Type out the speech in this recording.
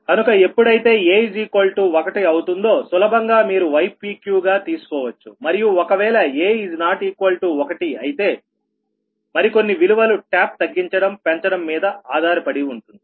కనుక ఎప్పుడైతే a1అవుతుందో సులభంగా మీరు ypqగా తీసుకోవచ్చు మరియు ఒకవేళ a≠1అయితే మరి కొన్ని విలువలు టాప్ తగ్గించడం పెంచడం మీద ఆధారపడి ఉంటుంది